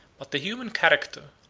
but the human character,